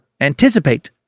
anticipate